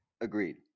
Agreed